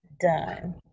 done